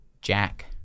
Jack